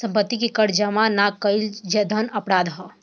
सम्पत्ति के कर जामा ना कईल जघन्य अपराध ह